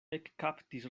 ekkaptis